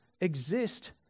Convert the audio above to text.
exist